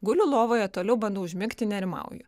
guliu lovoje toliau bandau užmigti nerimauju